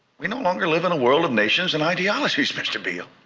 we no longer live in a world of nations and ideologies, mr. beale.